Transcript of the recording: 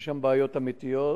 יש שם בעיות אמיתיות,